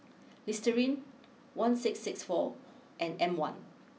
Listerine one six Six four and M one